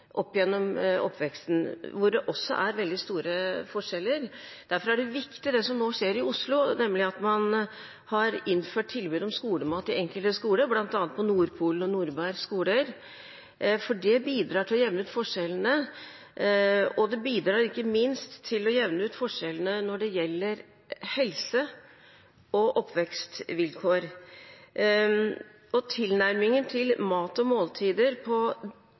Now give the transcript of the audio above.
opp gjennom oppveksten, hvor det også er veldig store forskjeller. Derfor er det viktig, det som nå skjer i Oslo, nemlig at man gir et tilbud om skolemat på enkelte skoler, bl.a. på Nordpolen og Nordberg skoler. Det bidrar til å jevne ut forskjellene, og det bidrar ikke minst til å jevne ut forskjellene når det gjelder helse og oppvekstvilkår. Tilnærmingen til mat og måltider på